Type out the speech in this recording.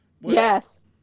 Yes